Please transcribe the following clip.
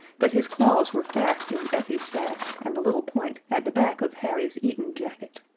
but his claws were fast in effie's sash and the little point at the back of harry's eton jacket.